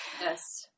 yes